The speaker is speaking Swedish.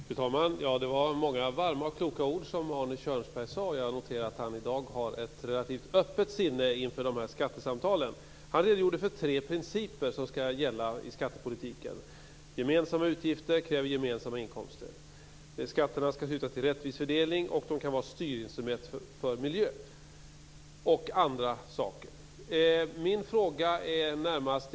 Fru talman! Det var många varma och kloka ord som Arne Kjörnsberg sade. Jag noterade att han i dag har ett relativt öppet sinne inför skattesamtalen. Han redogjorde för tre principer i skattepolitiken: gemensamma utgifter kräver gemensamma inkomster; skatterna skall syfta till en rättvis fördelning och kan vara ett styrinstrument i fråga om miljön och vissa andra saker.